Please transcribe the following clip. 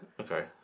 Okay